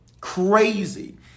crazy